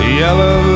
yellow